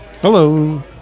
Hello